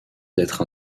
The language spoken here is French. d’être